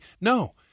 No